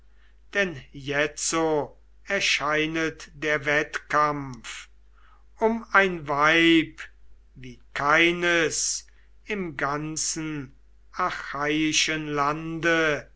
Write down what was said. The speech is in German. denn jetzo erscheinet der wettkampf um ein weib wie keines im ganzen achaiischen lande